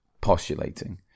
postulating